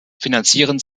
finanzieren